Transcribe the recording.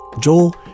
Joel